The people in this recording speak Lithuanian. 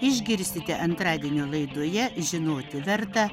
išgirsite antradienio laidoje žinoti verta